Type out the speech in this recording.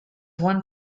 one